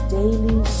daily